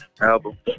album